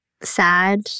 sad